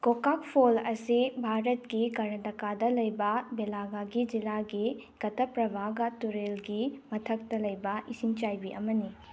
Gokak fall ꯑꯁꯤ ꯚꯥꯔꯠꯀꯤ ꯀ꯭ꯔꯅꯥꯇꯀꯥꯗ ꯂꯩꯕ ꯕꯦꯂꯥꯒꯥꯒꯤ ꯖꯤꯂꯥꯒꯤ ꯀꯇꯛꯄ꯭ꯔꯕꯥꯒ ꯇꯨꯔꯦꯜꯒꯤ ꯃꯊꯛꯇ ꯂꯩꯕ ꯏꯁꯤꯡ ꯆꯥꯏꯕꯤ ꯑꯃꯅꯤ